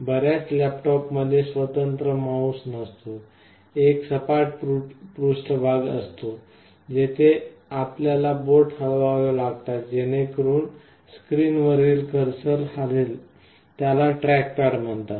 बर्याच लॅपटॉप मध्ये स्वतंत्र माउस नसतो एक सपाट पृष्ठभाग असतो तिथे आपल्याला बोट हलवावे लागेल जेणेकरून स्क्रीनवरील कर्सर हालेल त्याला ट्रॅकपॅड म्हणतात